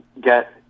get